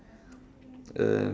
uh